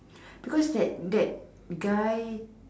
because that that guy